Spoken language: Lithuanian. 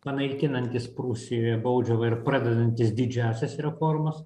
panaikinantys prūsijoje baudžiavą ir pradedantys didžiąsias reformas